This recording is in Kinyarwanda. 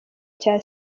cya